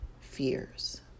fears